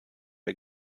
der